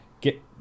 Get